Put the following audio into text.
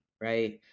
right